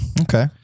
Okay